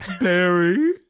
Barry